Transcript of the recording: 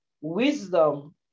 wisdom